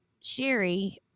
sherry